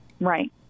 Right